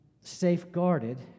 safeguarded